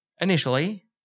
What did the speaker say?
initially